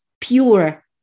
pure